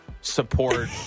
support